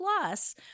Plus